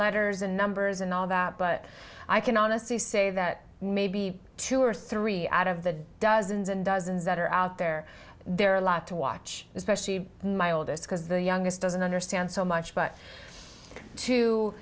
letters and numbers and all that but i can honestly say that maybe two or three out of the dozen dozen that are out there there are a lot to watch especially my oldest because the youngest doesn't understand so much but to